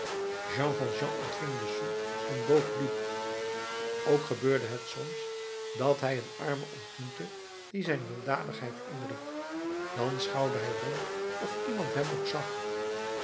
jean valjean ontving den sou en boog diep ook gebeurde het soms dat hij een arme ontmoette die zijn milddadigheid inriep dan schouwde hij rond of iemand hem ook zag